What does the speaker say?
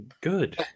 good